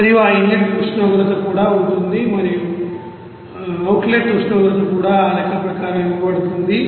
మరియు ఆ ఇన్లెట్ ఉష్ణోగ్రత కూడా ఉంటుంది మరియు అవుట్లెట్ ఉష్ణోగ్రత కూడా ఆ లెక్క ప్రకారం ఇవ్వబడుతుంది